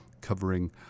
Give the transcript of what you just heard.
covering